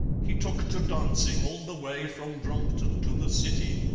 he took to dancing all the way from brompton to the city.